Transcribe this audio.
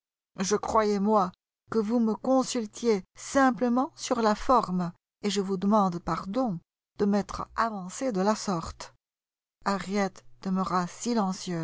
je croyais moi que vous me consultiez simplement sur la forme et je vous demande pardon de m'être avancée de la sorte harriet demeura silencieuse